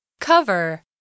Cover